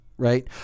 Right